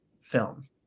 film